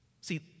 See